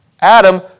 Adam